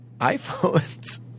iPhones